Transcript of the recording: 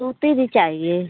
सूती भी चाहिए